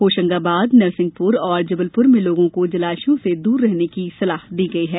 होशंगाबाद नरसिंहपुर और जबलपुर में लोगों को जलाशयों से दूर रहने की सलाह दी गई है